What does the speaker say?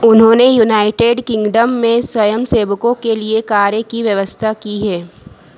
उन्होंने United Kingdom में स्वयंसेवकों के लिए कार्य की व्यवस्था की है